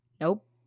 nope